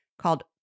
called